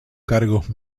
cargos